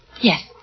yes